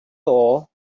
all